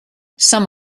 some